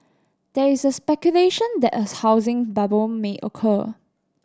there is speculation that a housing bubble may occur